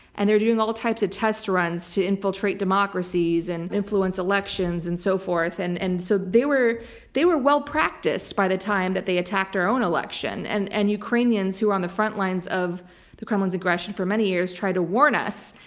and they're doing all types of test runs to infiltrate democracies and influence elections and so forth. so they were they were well-practiced by the time that they attacked our own election, and and ukrainians who were on the front lines of the kremlin's aggression for many years tried to warn us,